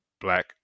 Black